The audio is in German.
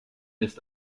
ist